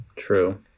True